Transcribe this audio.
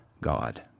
God